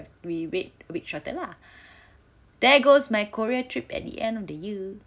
we wait wait shorter lah there goes my Korea trip at the end of the year